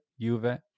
Juve